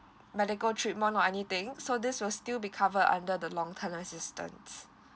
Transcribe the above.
medical treatment or anything so this will still be covered under the long time assistance